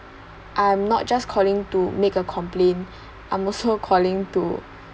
I'm not just calling to make a complaint I'm also calling to